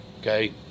okay